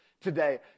today